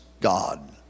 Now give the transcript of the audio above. God